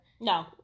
no